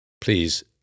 Please